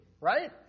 right